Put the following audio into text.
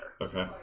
Okay